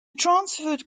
transferred